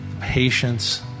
Patience